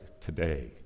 today